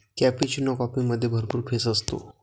cappuccino कॉफीमध्ये भरपूर फेस असतो